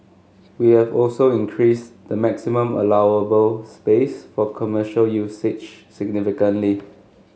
we have also increased the maximum allowable space for commercial usage significantly